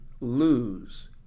lose